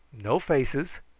no faces.